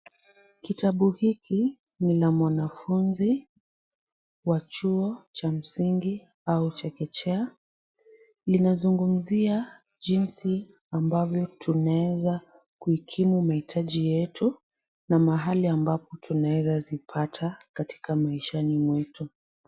Kitabu hiki ni la mwanafunzi wa chuo cha msingi au chekechea. linazungumzia jinsi ambavyo tunaeza kuikimu mahitaji yetu na mahali ambapo tunaweza zipata katika maishani mwetu.